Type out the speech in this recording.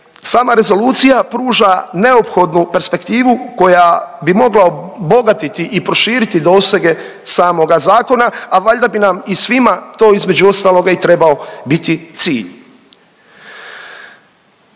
sama rezolucija pruža neophodnu perspektivu koja bi mogla obogatiti i proširiti dosege samoga zakona, a valjda bi nam i svima to, između ostalog i treba biti cilj.